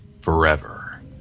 Forever